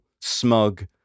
smug